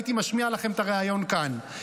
הייתי משמיע לכם את הריאיון כאן,